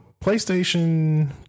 PlayStation